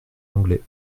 anglais